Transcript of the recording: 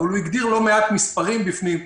הוא הגדיר לא מעט מספרים בפנים,